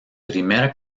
primera